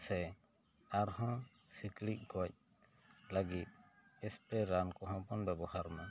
ᱥᱮ ᱟᱨᱦᱚᱸ ᱥᱤᱠᱬᱤᱡ ᱜᱚᱡ ᱞᱟᱹᱜᱤᱫ ᱮᱠᱥᱯᱨᱮ ᱨᱟᱱ ᱠᱚᱦᱚᱸ ᱵᱚᱱ ᱵᱮᱵᱚᱦᱟᱨ ᱢᱟ